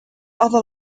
other